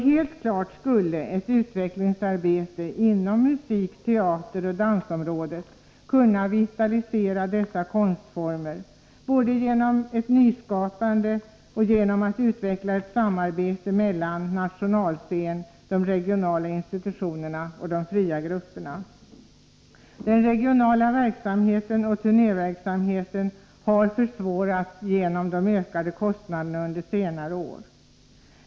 Helt klart skulle ett utvecklingsarbete inom musik-, teateroch dansområdet kunna vitalisera dessa konstformer både genom ett nyskapande och genom att utveckla ett samarbete mellan nationalscenen, de regionala institutionerna och de fria grupperna. Den regionala verksamheten och turnéverksamheten har försvårats genom de ökade kostnaderna under senare år.